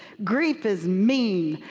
grief is mean.